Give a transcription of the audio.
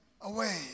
away